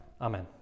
Amen